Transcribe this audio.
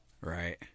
Right